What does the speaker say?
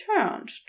turned